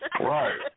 Right